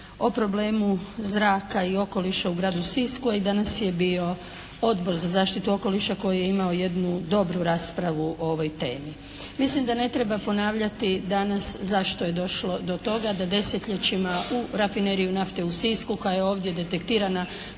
o problemu zraka i okoliša u gradu Sisku a i danas je bio Odbor za zaštitu okoliša koji je imao jednu dobru raspravu o ovoj temi. Mislim da ne treba ponavljati danas zašto je došlo do toga da desetljećima u Rafineriju nafte u Sisku koja je ovdje detektirana